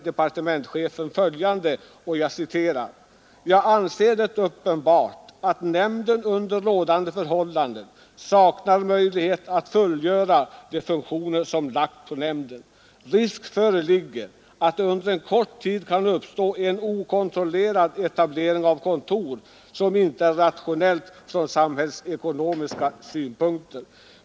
Departementschefen konstaterar därför följande: ”Jag anser det uppenbart att nämnden under rådande förhållanden saknar möjlighet att fullgöra de funktioner som lagts på nämnden. Risk föreligger att det under kort tid kan uppstå en okontrollerad etablering av bankkontor som inte är rationell från samhällsekonomiska synpunkter.